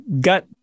got